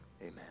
Amen